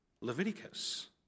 Leviticus